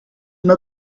una